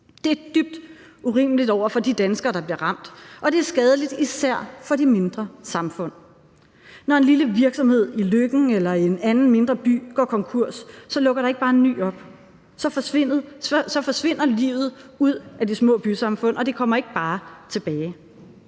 Det er dybt urimeligt over for de danskere, der bliver ramt, og det er skadeligt for især de mindre samfund. Når en lille virksomhed i Løkken eller en anden mindre by går konkurs, åbner der ikke bare en ny. Så forsvinder livet ud af de små bysamfund, og det kommer ikke bare tilbage.